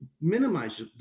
minimize